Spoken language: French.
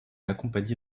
accompagnée